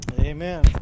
amen